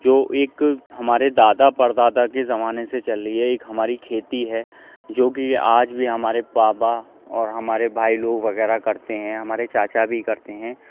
جو ایک ہمارے دادا پردادا کے زمانے سے چل رہی ہے ایک ہماری کھیتی ہے جوکہ آج بھی ہمارے بابا اور ہمارے بھائی لوگ وغیرہ کرتے ہیں ہمارے چاچا بھی کرتے ہیں